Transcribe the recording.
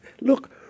look